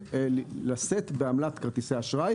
ממשיכים לשאת בעמלת כרטיס האשראי.